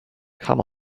come